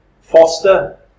foster